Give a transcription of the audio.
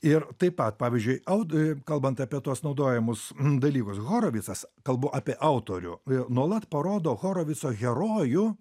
ir taip pat pavyzdžiui aut kalbant apie tuos naudojamus dalykus horovicas kalbu apie autorių nuolat parodo horovico herojų